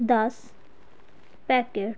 ਦਸ ਪੈਕਿਟਸ